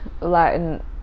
Latin